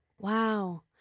Wow